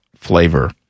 flavor